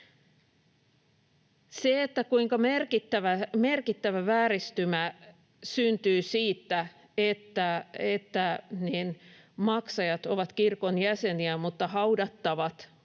Se, kuinka merkittävä vääristymä syntyy siitä, että maksajat ovat kirkon jäseniä mutta haudattavat ovat